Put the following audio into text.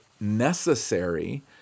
necessary